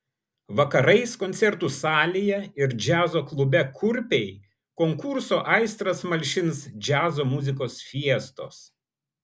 vakarais koncertų salėje ir džiazo klube kurpiai konkurso aistras malšins džiazo muzikos fiestos